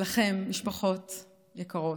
ולכן, משפחות יקרות,